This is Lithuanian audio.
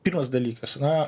pirmas dalykas na